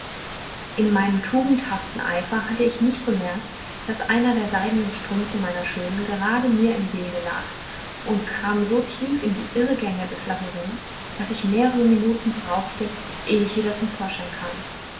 in meinem tugendhaften eifer hatte ich nicht bemerkt daß einer der seidnen strümpfe meiner schönen gerade mir im wege lag und kam so tief in die irrgänge des labyrinths daß ich mehrere minuten brauchte ehe ich wieder zum vorschein kam